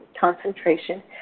concentration